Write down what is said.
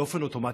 באופן אוטומטי,